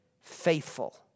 faithful